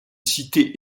cités